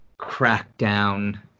crackdown